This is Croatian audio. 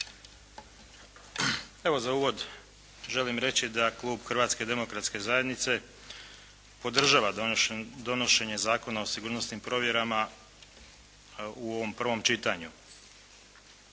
Evo, za uvod želim reći da Klub Hrvatske demokratske zajednice podržava donošenje Zakona o sigurnosnim provjerama u ovom prvom čitanju.